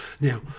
Now